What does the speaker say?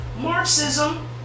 Marxism